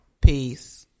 Peace